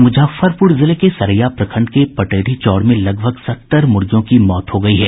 मुजफ्फरपुर जिले के सरैया प्रखंड के पटेढ़ी चौर में लगभग सत्तर मुर्गियों की मौत हो गई है